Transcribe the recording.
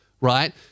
right